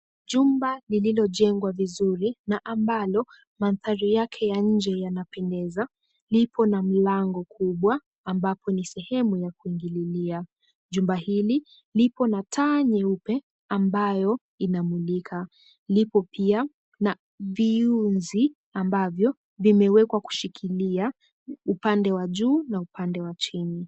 Jumba lililojengwa vizuri na ambalo mandhari yake ya nje yanapendeza. Lipo na mlango kubwa, ambapo ni sehemu ya kuingililia. Jumba hili lipo na taa nyeupe, ambayo inamulika. Lipo pia na viunzi ambavyo vimewekwa kushikilia, upande wa juu na upande wa chini.